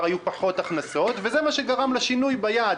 היו פחות הכנסות זה מה שגרם לשינוי ביעד.